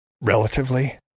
Relatively